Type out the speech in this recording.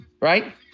right